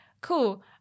cool